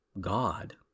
God